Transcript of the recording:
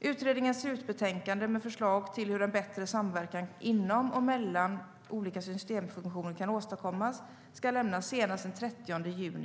Utredningens slutbetänkande, med förslag till hur bland annat en bättre samverkan inom och mellan olika systemfunktioner kan åstadkommas, ska lämnas senast den 30 juni 2015.